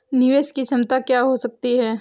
निवेश की क्षमता क्या हो सकती है?